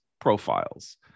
profiles